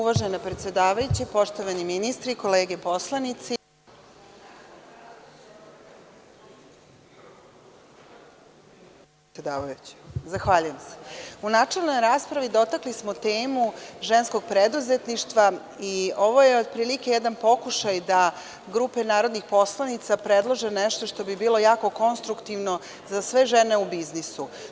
Uvažena predsedavajuća, poštovani ministri, kolege poslanici, u načelnoj raspravi dotakli smo temu ženskog preduzetništva i ovo je otprilike jedan pokušaj da grupe narodnih poslanica predlože nešto što bi bilo jako konstruktivno za sve žene u biznisu.